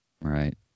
right